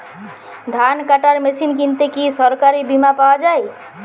ধান কাটার মেশিন কিনতে কি সরকারী বিমা পাওয়া যায়?